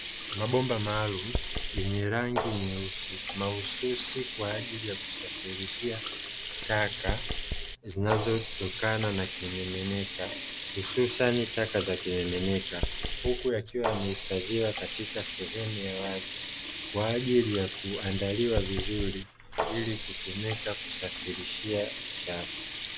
Mabomba maalumu yenye rangi nyeusi, mahususi kwaajili ya kusafirishia taka zinazotokana na kimiminika hususani taka za kimiminika. Huku yakiwa yamehifadhiwa katika sehemu ya wazi, kwaajili ya kuandaliwa vizuri ili kutumika kusafirishia uchafu.